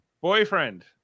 boyfriend